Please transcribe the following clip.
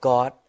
God